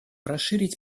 расширить